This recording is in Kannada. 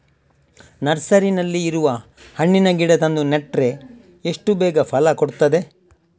ನರ್ಸರಿನಲ್ಲಿ ಇರುವ ಹಣ್ಣಿನ ಗಿಡ ತಂದು ನೆಟ್ರೆ ಎಷ್ಟು ಬೇಗ ಫಲ ಕೊಡ್ತದೆ